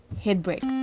hit break